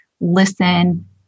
listen